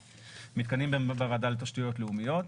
בוועדה לתשתיות לאומיות.